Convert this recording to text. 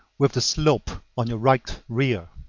with the slope on your right rear.